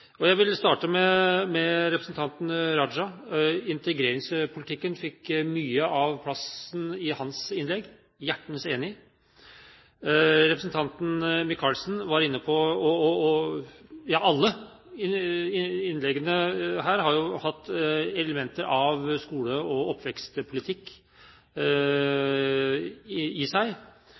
Jeg vil starte med representanten Raja. Integreringspolitikken fikk mye av plassen i hans innlegg – hjertens enig! Alle innleggene her har hatt elementer i seg av skole- og oppvekstpolitikk. Representanten Michaelsen var inne på dette med selvtillit. Jeg vil kanskje heller bruke ordet «selvbilde» – betydningen av